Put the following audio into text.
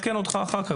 אתכם.